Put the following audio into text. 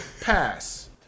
pass